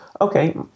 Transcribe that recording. Okay